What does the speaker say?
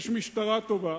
יש משטרה טובה,